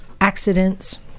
accidents